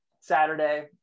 Saturday